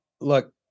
look